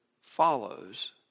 follows